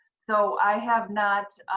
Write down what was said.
so, i have not